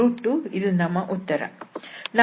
2π ಇದು ನಮ್ಮ ಉತ್ತರ